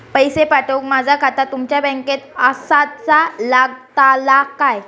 पैसे पाठुक माझा खाता तुमच्या बँकेत आसाचा लागताला काय?